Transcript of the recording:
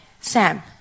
Sam